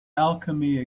alchemy